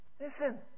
listen